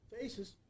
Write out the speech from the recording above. faces